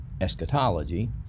eschatology